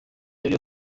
yari